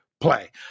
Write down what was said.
play